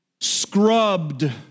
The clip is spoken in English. scrubbed